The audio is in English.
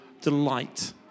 delight